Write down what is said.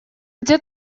где